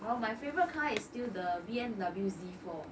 well my favourite car is still the B_M_W Z four